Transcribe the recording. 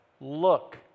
Look